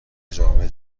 جامعه